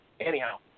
Anyhow